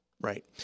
Right